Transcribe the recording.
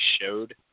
showed